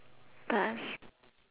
pass